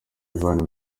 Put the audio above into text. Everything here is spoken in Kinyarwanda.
ivan